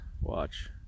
watch